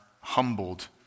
humbled